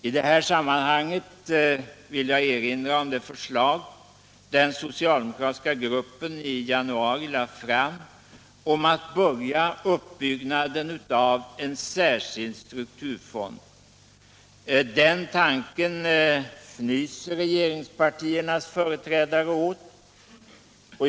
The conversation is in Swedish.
I det här sammanhanget vill jag erinra om det förslag som den socialdemokratiska gruppen i januari lade fram om att påbörja uppbyggnaden av en särskild strukturfond. Den tanken fnyser regeringspartiernas företrädare åt.